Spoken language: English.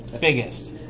Biggest